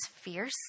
fierce